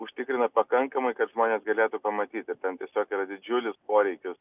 užtikrina pakankamai kad žmonės galėtų pamatyti ten tiesiog yra didžiulis poreikis